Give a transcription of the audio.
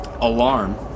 Alarm